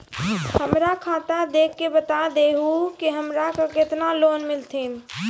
हमरा खाता देख के बता देहु के हमरा के केतना लोन मिलथिन?